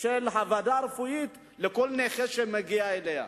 של הוועדה הרפואית לכל נכה שמגיע אליה.